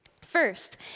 First